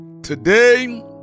Today